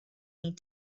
need